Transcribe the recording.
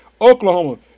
Oklahoma